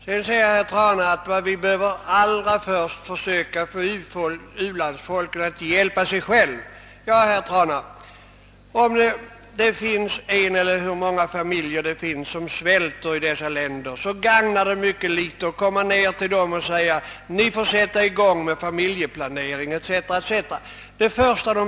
Herr Trana säger att vi allra först behöver få människorna i u-länderna att hjälpa sig själva. Men det gagnar mycket litet att komma ned till de familjer som swvälter i dessa länder och säga: Ni får sätta i gång med familjeplanering etc.